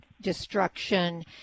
destruction